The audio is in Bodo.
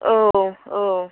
औ औ